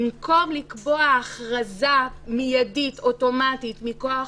במקום לקבוע הכרזה מידית, אוטומטית מכוח